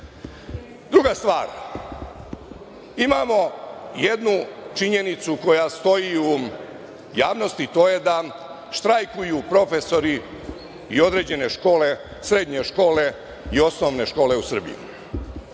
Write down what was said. radi. Druga stvar, imamo jednu činjenicu koja stoji u javnosti, to je da štrajkuju profesori i određene srednje škole i osnovne škole u Srbiji.